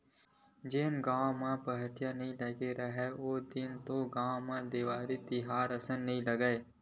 जेन गाँव गंवई म पहाटिया नइ लगे राहय ओ दिन तो गाँव म देवारी तिहार असन नइ लगय,